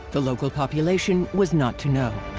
the local population was not to know.